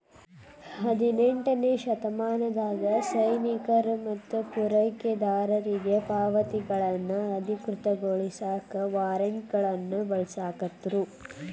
ಹದಿನೆಂಟನೇ ಶತಮಾನದಾಗ ಸೈನಿಕರು ಮತ್ತ ಪೂರೈಕೆದಾರರಿಗಿ ಪಾವತಿಗಳನ್ನ ಅಧಿಕೃತಗೊಳಸಾಕ ವಾರ್ರೆಂಟ್ಗಳನ್ನ ಬಳಸಾಕತ್ರು